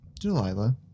Delilah